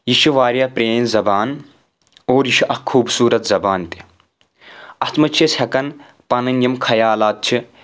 یہِ یہِ چھِ واریاہ پرٲنۍ زبان اور یہِ چھُ اکھ خوٗبصوٗرت زبان تہِ اتھ منٛز چھِ أسۍ ہؠکان پنٕنۍ یِم خیالات چھِ